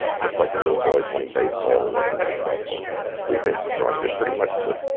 just like the little boy playing baseball that wasn't successful we've been instructed pretty much that,